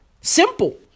Simple